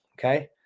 Okay